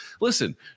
Listen